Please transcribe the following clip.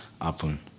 happen